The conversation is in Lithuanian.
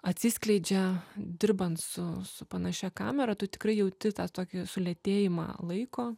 atsiskleidžia dirbant su su panašia kamera tu tikrai jauti tą tokį sulėtėjimą laiko